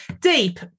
deep